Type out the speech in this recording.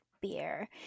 beer